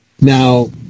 Now